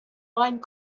line